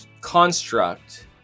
construct